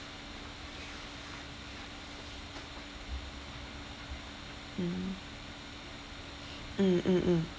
mm mm mm mm